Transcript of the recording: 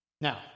Now